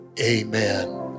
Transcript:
amen